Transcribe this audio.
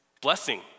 blessing